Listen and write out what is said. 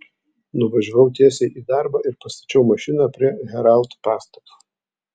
nuvažiavau tiesiai į darbą ir pastačiau mašiną prie herald pastato